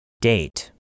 Date